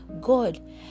god